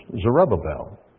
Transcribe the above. Zerubbabel